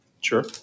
Sure